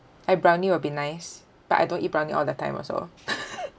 a brownie will be nice but I don't eat brownie all the time also